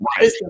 Right